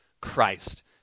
Christ